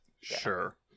Sure